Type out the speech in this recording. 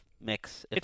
mix